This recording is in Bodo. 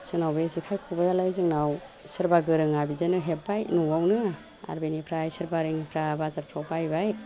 जोंनाव बे जेखाय खबाइआलाइ जोंनाव सोरबा गोरोङा बिदिनो हेब्बाय न'वावनो आर बिनिफ्राय सोरबा रोङिफ्रा बाजारफ्राव बायबाइ